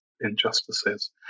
injustices